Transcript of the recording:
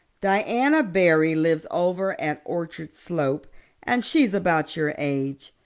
diana barry lives over at orchard slope and she's about your age.